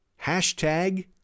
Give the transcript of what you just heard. Hashtag